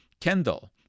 Kendall